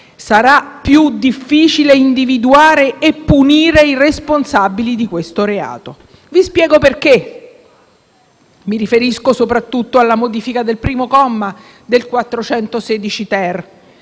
Sarà più difficile individuare e punire i responsabili di questo reato e vi spiego perché. Mi riferisco, soprattutto, alla modifica del primo comma dell'articolo